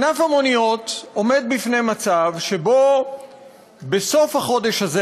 ענף המוניות עומד בפני מצב שבו בסוף החודש הזה,